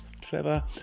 Trevor